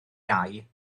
iau